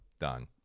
Done